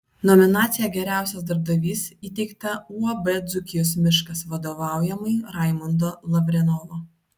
nominacija geriausias darbdavys įteikta uab dzūkijos miškas vadovaujamai raimundo lavrenovo